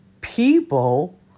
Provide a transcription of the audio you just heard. people